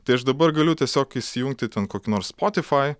tai aš dabar galiu tiesiog įsijungti ten kokį nors spotify